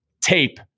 Tape